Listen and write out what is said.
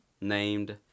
named